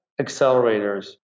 accelerators